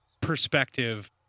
perspective